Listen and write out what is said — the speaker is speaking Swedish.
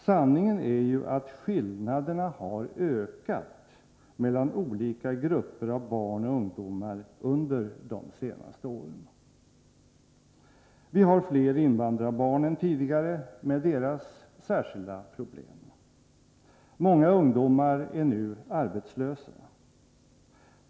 Sanningen är ju att skillnaderna har ökat mellan olika grupper av barn och ungdomar under de senaste åren. Vi har fler invandrarbarn än tidigare med deras särskilda problem. Många ungdomar är nu arbetslösa.